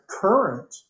current